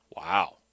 Wow